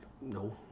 no